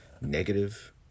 negative